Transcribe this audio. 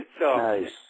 Nice